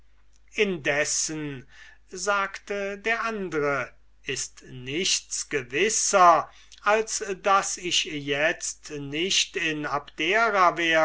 indessen sagte der andre ist nichts gewisser als daß ich itzt nicht in abdera